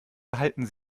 behalten